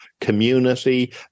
community